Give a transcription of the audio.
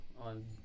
on